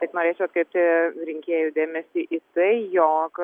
tik norėčiau atkreipti rinkėjų dėmesį į tai jog